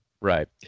Right